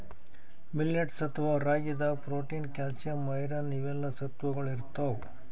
millets ಅಥವಾ ರಾಗಿದಾಗ್ protein, calcium, iron ಇವೆಲ್ಲಾ ಸತ್ವಗೊಳ್ ಇರ್ತವ್